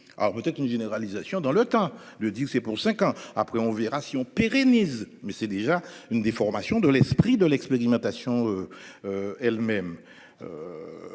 Alors peut-être une généralisation dans le temps de dire c'est pour 5 ans après, on verra si on pérennise mais c'est déjà une déformation de l'esprit de l'expérimentation. Elles-mêmes.